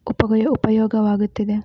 ಉಪಯೊ ಉಪಯೋಗವಾಗುತ್ತಿದೆ